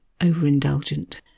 overindulgent